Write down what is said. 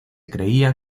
creía